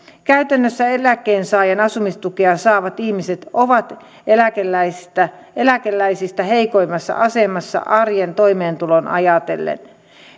käytännössä eläkkeensaajan asumistukea saavat ihmiset ovat eläkeläisistä eläkeläisistä heikoimmassa asemassa arjen toimeentuloa ajatellen